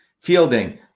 Fielding